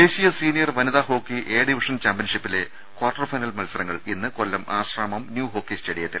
ദേശീയ സീനിയർ വനിതാഹോക്കി A division ചാമ്പ്യൻഷിപ്പിലെ ക്വാർട്ടർ ഫൈനൽ മത്സരങ്ങൾ ഇന്ന് കൊല്ലം ആശ്രാമം ന്യൂ ഹോക്കി സ്റ്റേഡിയത്തിൽ